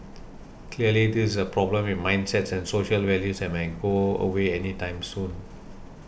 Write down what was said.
clearly this is a problem with mindsets and social values that might go away anytime soon